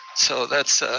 so that's